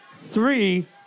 three